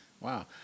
Wow